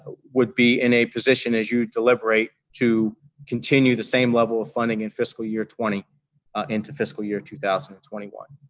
would be in a position, as you deliberate to continue the same level of funding in fiscal year twenty into fiscal year two thousand and twenty one.